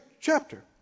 chapter